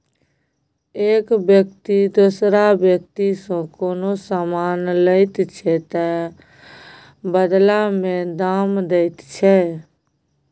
एक बेकती दोसर बेकतीसँ कोनो समान लैत छै तअ बदला मे दाम दैत छै